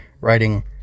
writing